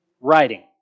writing